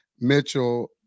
Mitchell